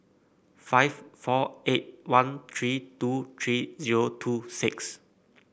five four eight one three two three zero two six